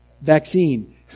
vaccine